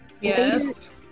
Yes